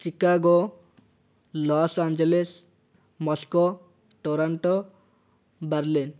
Chicago Los Angeles Moscow Toronto ବାର୍ଲେ